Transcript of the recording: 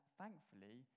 thankfully